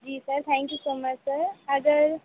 ji sir thank you so much sir अगर